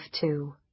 two